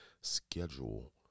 schedule